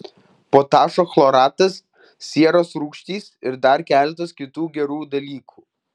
potašo chloratas sieros rūgštis ir dar keletas kitų gerų dalykų